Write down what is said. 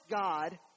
God